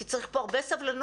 כי צריך פה הרבה סבלנות,